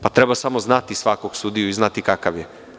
Pa, treba samo znati svakog sudiju i znati kakav je.